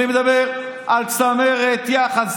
אני מדבר על צמרת יאח"ה,